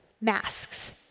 masks